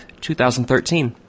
2013